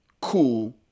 cool